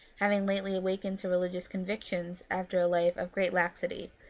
having lately awakened to religious convictions after a life of great laxity,